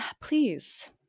please